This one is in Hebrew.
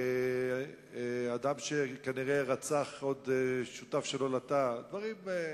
אדם שכנראה רצח שותף שלו לתא, נוסף,